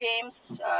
games